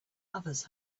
others